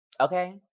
Okay